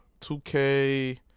2K